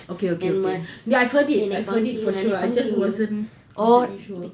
okay okay okay ya I've heard it I've heard it for sure I just wasn't completely sure